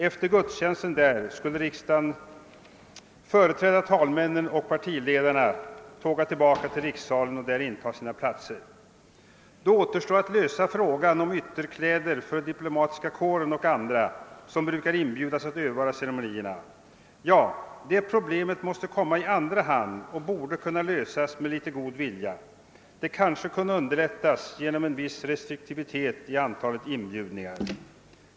Efter gudstjänsten där skulle riksdagen, företrädd av talmännen och partiledarna, tåga tillbaka till rikssalen och där intaga sin platser. Sedan återstår att lösa frågan om plats för ytterkläder för diplomater och övriga som brukar inbjudas att övervara ceremonin. Ja, det problemet måste komma i andra hand och bör kunna lösas med litet god vilja — kanske genom att en viss restriktivitet iakttas i fråga om antalet inbjudna.